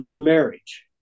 marriage